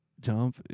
jump